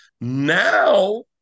Now